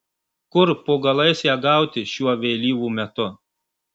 kur po galais ją gauti šiuo vėlyvu metu